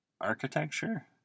architecture